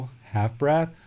half-breath